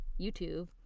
YouTube